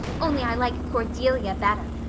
only i like cordelia better.